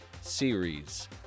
series